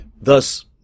Thus